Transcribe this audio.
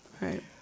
right